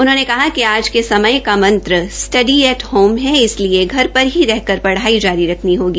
उन्होंने कहा कि आज के समय का मंत्र स्टडी एट होम है इसलिए घर पर ही रहकर पढाई को जारी रखना होगा